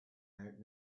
out